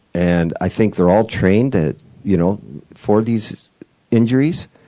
and i think they're all trained at you know for these injuries,